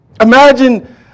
Imagine